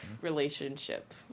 relationship